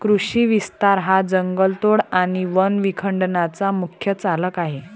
कृषी विस्तार हा जंगलतोड आणि वन विखंडनाचा मुख्य चालक आहे